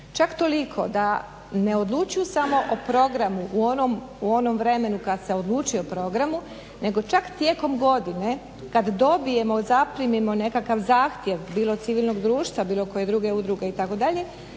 čak toliko da ne odlučuju samo o programu u onom vremenu kad se odlučuje o programu nego čak tijekom godine kad dobijemo, zaprimimo nekakav zahtjev bilo civilnog društva, bilo koje druge udruge itd.